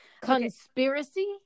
Conspiracy